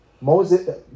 Moses